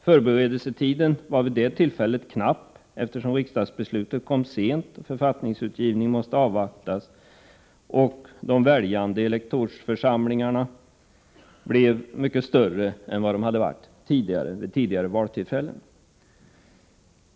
Förberedelsetiden var vid det tillfället knapp, eftersom riksdagsbeslutet kom sent och författningsutgivningen måste avvaktas samt de valda elektorsförsamlingarna blev mycket större än vad de varit vid tidigare valtillfällen.